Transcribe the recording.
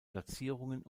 platzierungen